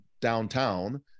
downtown